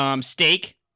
Steak